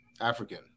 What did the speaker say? African